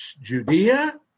Judea